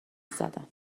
زدم